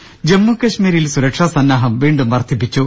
് ജമ്മു കശ്മീരിൽ സുരക്ഷാസന്നാഹം വീണ്ടും വർദ്ധിപ്പിച്ചു